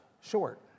short